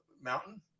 mountain